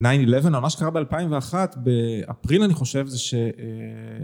9-11, מה שקרה ב-2001, באפריל אני חושב, זה ש...